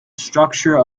structure